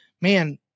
man